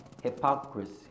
hypocrisy